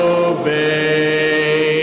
obey